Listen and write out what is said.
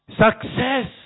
Success